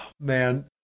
man